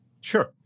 Sure